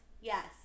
Yes